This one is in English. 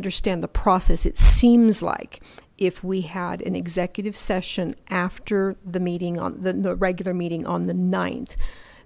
understand the process it seems like if we had an executive session after the meeting on the regular meeting on the ninth